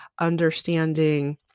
understanding